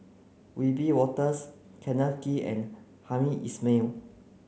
Wiebe Wolters Kenneth Kee and Hamed Ismail